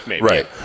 right